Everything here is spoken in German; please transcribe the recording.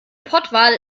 pottwal